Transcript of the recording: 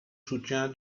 soutien